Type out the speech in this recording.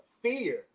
fear